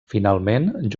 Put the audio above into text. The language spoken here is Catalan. finalment